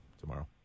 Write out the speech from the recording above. tomorrow